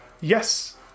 Yes